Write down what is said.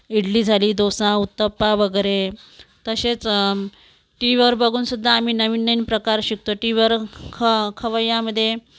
इडली झाली डोसा उत्तप्पा वगैरे तशेच टी व्हीवर बघूनसुद्धा आम्ही नवीन नवीन प्रकार शिकतो टी व्हीवर ख खवय्यामध्ये